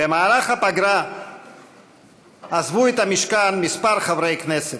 במהלך הפגרה עזבו את המשכן כמה חברי כנסת,